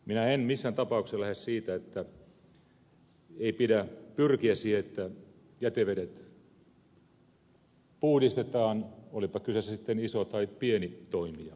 minä en missään tapauksessa lähde siitä että ei pidä pyrkiä siihen että jätevedet puhdistetaan olipa kyseessä sitten iso tai pieni toimija